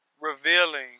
revealing